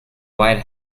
wide